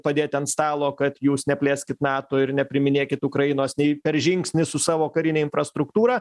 padėti ant stalo kad jūs neplėskit nato ir nepriiminėkit ukrainos nei per žingsnį su savo karine infrastruktūra